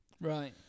Right